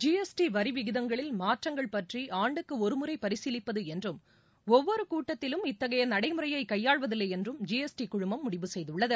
G S T வரிவிகிதங்களில் மாற்றங்கள் பற்றி ஆண்டுக்கு ஒருமுறை பரிசீலிப்பது என்றும் ஒவ்வொரு கூட்டத்திலும் இத்தகைய நடைமுறையை கையாள்வதில்லை என்றும் ஜி எஸ் டி குழுமம் முடிவு செய்துள்ளது